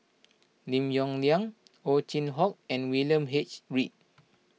Lim Yong Liang Ow Chin Hock and William H Read